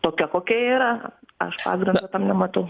tokia kokia yra aš pagrindo tam nematau